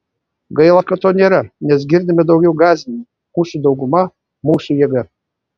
gaila kad to nėra nes girdime daugiau gąsdinimų mūsų dauguma mūsų jėga